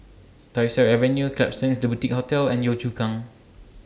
Tyersall Avenue Klapsons The Boutique Hotel and Yio Chu Kang